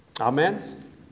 Amen